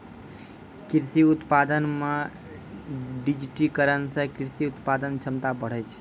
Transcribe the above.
कृषि उत्पादन मे डिजिटिकरण से कृषि उत्पादन क्षमता बढ़ै छै